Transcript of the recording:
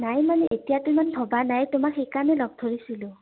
নাই মানে এতিয়াতো ইমান ভবা নাই তোমাক সেইকাৰণে লগ ধৰিছিলোঁ